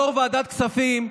יו"ר ועדת כספים,